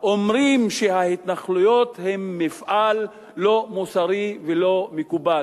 אומרים שההתנחלויות הן מפעל לא מוסרי ולא מקובל.